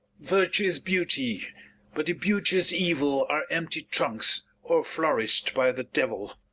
virtue is beauty but the beauteous evil are empty trunks, o'erflourish'd by the devil.